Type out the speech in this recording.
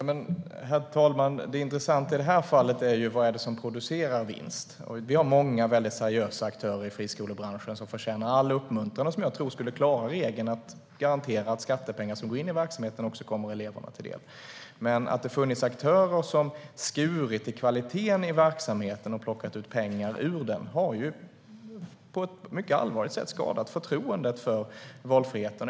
Herr talman! Det intressanta i det här fallet är: Vad är det som producerar vinst? Vi har många väldigt seriösa aktörer i friskolebranschen som förtjänar all uppmuntran och som jag tror skulle klara regeln att garantera att skattepengar som går in i verksamheten också kommer eleverna till del. Att det funnits aktörer som skurit i kvaliteten i verksamheten och plockat ut pengar ur den har på ett mycket allvarligt sätt skadat förtroendet för valfriheten.